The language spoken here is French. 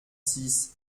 six